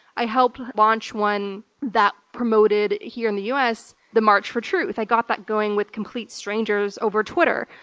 i helped launch one that promoted, here in the u. s, the march for truth, i got that going with complete strangers over twitter.